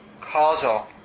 causal